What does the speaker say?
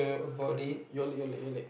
your your leg your leg your leg